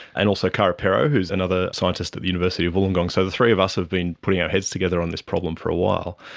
and also kara perrow who is another scientist at the university of wollongong, so the three of us have been putting our heads together on this problem for a while.